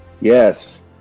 Yes